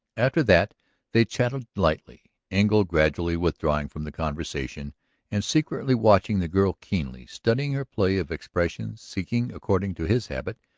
after that they chatted lightly, engle gradually withdrawing from the conversation and secretly watching the girl keenly, studying her play of expression, seeking, according to his habit,